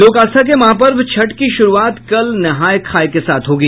लोक आस्था के महापर्व छठ की शुरूआत कल नहाय खाय के साथ होगी